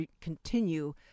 continue